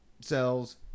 cells